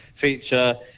feature